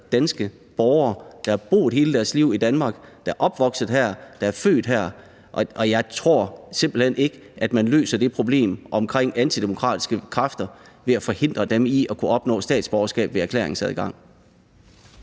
danske borgere, som har boet hele deres liv i Danmark, er opvokset her, er født her, og jeg tror simpelt hen ikke, at man løser det problem omkring antidemokratiske kræfter ved at forhindre dem i at kunne opnå statsborgerskab ved erklæringsadgang.